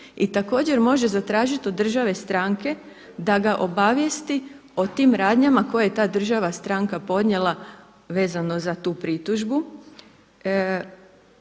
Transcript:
I također može zatražiti od države stranke da ga obavijesti o tim radnjama koje ta država stranka podnijela vezano za tu pritužbu